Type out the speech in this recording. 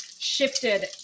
shifted